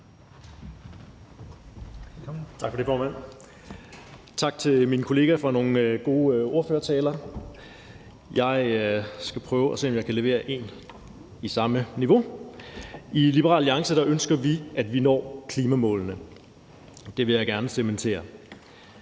Tak for det, formand. Tak til mine kolleger for nogle gode ordførertaler. Jeg skal prøve at se, om jeg kan levere en på samme niveau. I Liberal Alliance ønsker vi, at vi når klimamålene. Det vil jeg gerne cementere.